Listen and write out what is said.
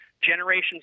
Generations